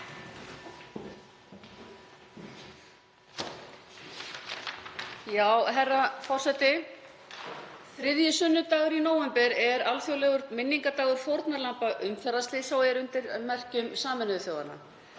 Herra forseti. Þriðji sunnudagur í nóvember er alþjóðlegur minningardagur fórnarlamba umferðarslysa og er undir merkjum Sameinuðu þjóðanna.